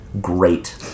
Great